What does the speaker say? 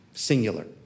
Singular